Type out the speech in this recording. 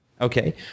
Okay